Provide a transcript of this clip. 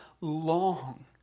long